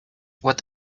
what